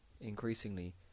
increasingly